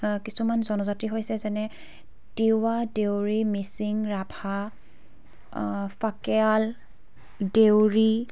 কিছুমান জনজাতি হৈছে যেনে তিৱা দেউৰী মিচিং ৰাভা ফাকেয়াল দেউৰী